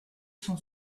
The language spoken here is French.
son